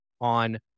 on